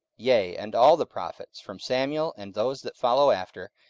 yea, and all the prophets from samuel and those that follow after,